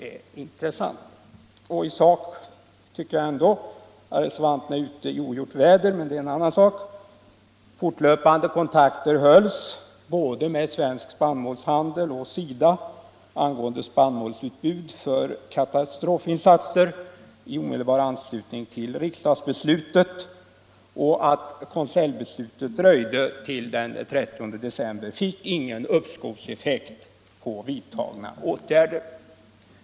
Jag tycker att den principiella uppläggningen är intressant — i sak tycker jag ändå att reservanterna är ute i ogjort väder, men det är en annan fråga.